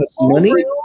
money